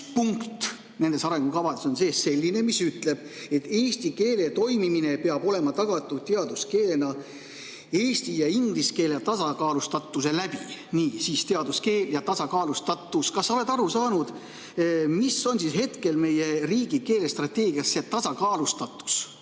nendes arengukavades on selline, mis ütleb, et eesti keele toimimine peab olema tagatud teaduskeelena eesti ja inglise keele tasakaalustatuse läbi. Nii, teaduskeel ja tasakaalustatus. Kas sa oled aru saanud, mis on hetkel meie riigikeelestrateegias see tasakaalustatus